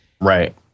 right